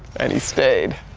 and he stayed.